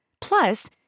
Plus